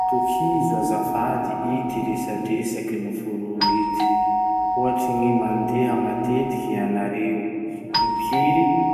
Tohizo azafady ity resadresaky noforony ity: Hoatrin'ny mandeha matetiky ianareo. Impiry